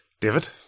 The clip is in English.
David